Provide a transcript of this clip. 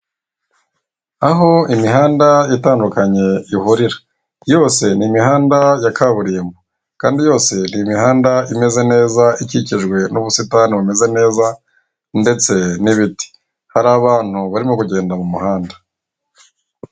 Aho imihanda itandukanye ihurira yose ni imihanda ya kaburimbo kandi yose ni imihanda imeze neza ikikijwe n'ubusitani bumeze neza ndetse n'ibiti, hari abantu barimo kugenda mu muhanda.